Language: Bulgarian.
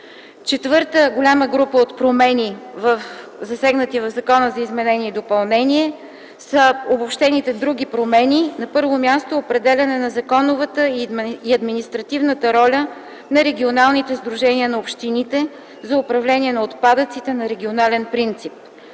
Четвърта голяма група от промени, засегнати в Законопроекта за изменение и допълнение, са обобщените други промени. На първо място, определяне на законовата и административната роля на регионалните сдружения на общините за управление на отпадъците на регионален принцип.